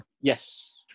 Yes